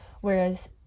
Whereas